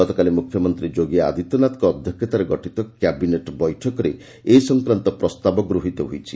ଗତକାଲି ମୁଖ୍ୟମନ୍ତ୍ରୀ ଯୋଗୀ ଆଦିତ୍ୟନାଥଙ୍କ ଅଧ୍ୟକ୍ଷତାରେ ଗଠିତ କ୍ୟାବିନେଟ୍ ବୈଠକରେ ଏ ସଂକ୍ରାନ୍ତ ପ୍ରସ୍ତାବ ଗୃହୀତ ହୋଇଛି